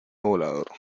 volador